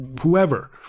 whoever